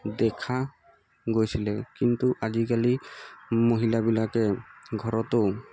দেখা গৈছিলে কিন্তু আজিকালি মহিলাবিলাকে ঘৰতো